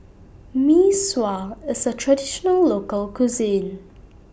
Mee Sua IS A Traditional Local Cuisine